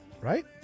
Right